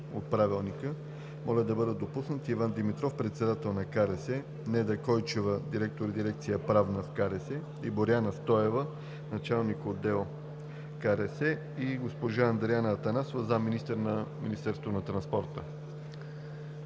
Моля да бъдат допуснати Иван Димитров – председател на КРС; Неда Койчева – директор на дирекция „Правна“ в КРС; Боряна Стоева – началник-отдел КРС, и госпожа Андреана Атанасова – заместник-министър на Министерството на транспорта.